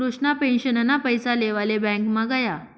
कृष्णा पेंशनना पैसा लेवाले ब्यांकमा गया